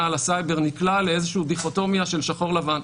על הסייבר נקלע לאיזושהי דיכוטומיה של שחור-לבן,